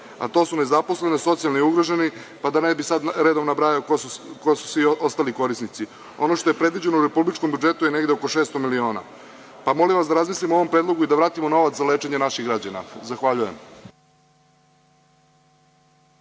a to su nezaposleni, socijalno ugroženi, pa da ne bih sada redom nabrajao ko su svi ostali korisnici. Ono što je predviđeno u republičkom budžetu je negde oko 600 miliona. Molim vas da razmislimo o ovom predlogu i da vratimo novac za lečenje naših građana. Zahvaljujem.